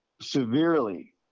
severely